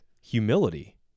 humility